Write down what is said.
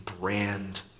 brand